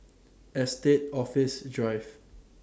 Estate Office Drive